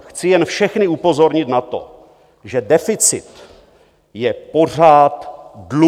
Chci jen všechny upozornit na to, že deficit je pořád dluh.